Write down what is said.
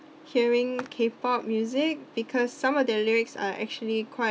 hearing K pop music because some of their lyrics are actually quite